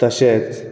तशेंच